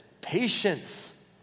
patience